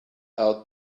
out